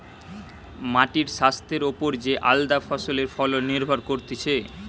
মাটির স্বাস্থ্যের ওপর যে আলদা ফসলের ফলন নির্ভর করতিছে